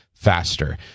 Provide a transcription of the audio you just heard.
faster